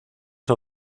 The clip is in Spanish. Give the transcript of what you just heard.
son